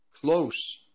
close